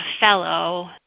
fellow –